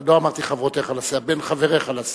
לא אמרתי "חברותיך לסיעה" בין חבריך לסיעה.